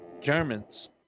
Germans